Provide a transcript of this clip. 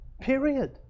period